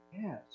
Yes